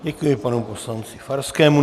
Děkuji panu poslanci Farskému.